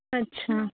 ਅੱਛਾ